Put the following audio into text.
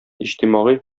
иҗтимагый